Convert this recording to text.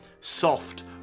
soft